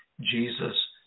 Jesus